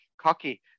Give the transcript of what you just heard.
cocky